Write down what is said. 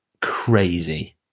crazy